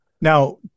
Now